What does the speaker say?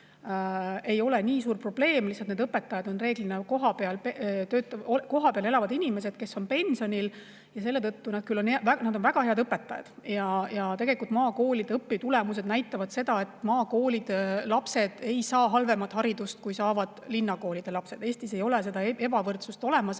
ei ole nii suur probleem. Lihtsalt need õpetajad on reeglina kohapeal elavad inimesed, kes on pensionil. Nad on väga head õpetajad. Maakoolide õpitulemused näitavad, et maakoolide lapsed ei saa halvemat haridust, kui saavad linnakoolide lapsed. Eestis ei ole seda ebavõrdsust olemas.